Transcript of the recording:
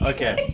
Okay